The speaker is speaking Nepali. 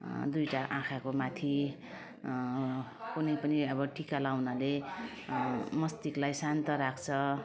दुईवटा आँखाको माथि कुनै पनि अब टिका लगाउनाले मस्तिष्कलाई शान्त राख्छ